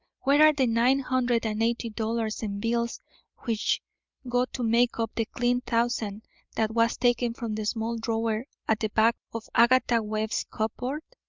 where are the nine hundred and eighty dollars in bills which go to make up the clean thousand that was taken from the small drawer at the back of agatha webb's cupboard?